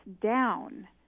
down